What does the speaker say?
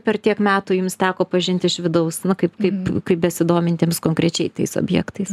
per tiek metų jums teko pažinti iš vidaus nu kaip kaip kaip besidomintiems konkrečiai tais objektais